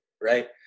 right